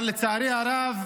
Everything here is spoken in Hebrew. אבל לצערי הרב,